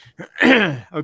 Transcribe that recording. Okay